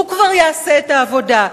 הוא כבר יעשה את העבודה,